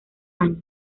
años